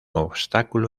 obstáculo